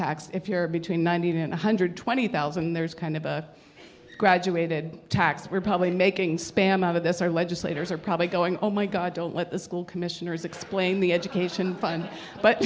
tax if you're between ninety and one hundred twenty thousand and there's kind of a graduated tax we're probably making spam out of this our legislators are probably going oh my god don't let the school commissioners explain the education fund but